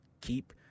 keep